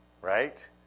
Right